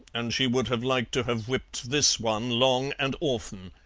and she would have liked to have whipped this one long and often.